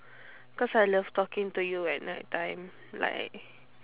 cause I love talking to you at night time like